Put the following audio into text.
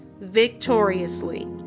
victoriously